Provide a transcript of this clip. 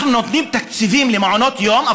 אנחנו נותנים תקציבים למעונות יום,